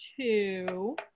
two